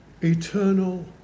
eternal